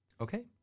Okay